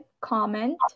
comment